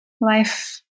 life